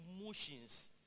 emotions